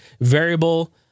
Variable